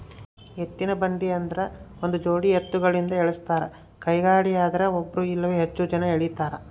ಎತ್ತಿನಬಂಡಿ ಆದ್ರ ಒಂದುಜೋಡಿ ಎತ್ತುಗಳಿಂದ ಎಳಸ್ತಾರ ಕೈಗಾಡಿಯದ್ರೆ ಒಬ್ರು ಇಲ್ಲವೇ ಹೆಚ್ಚು ಜನ ಎಳೀತಾರ